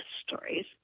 stories